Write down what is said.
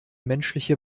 menschliche